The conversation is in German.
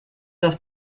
das